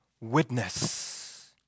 witness